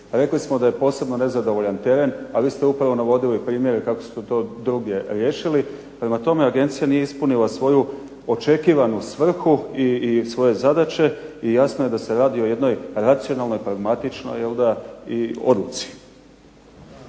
Rekli smo da je posebno nezadovoljan teren, a vi ste upravo navodili primjere kako su to drugi riješili. Prema tome agencija nije ispunila svoju očekivanu svrhu i svoje zadaće i jasno je da se radi o jednoj racionalnoj, pragmatičnoj jel'da